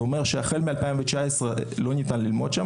זה אומר שהחל מ-2019 לא ניתן ללמוד שם.